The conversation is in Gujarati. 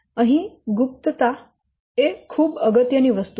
અહીં ગુપ્તતા એ ખૂબ અગત્ય ની વસ્તુ છે